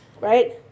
right